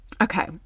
Okay